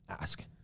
ask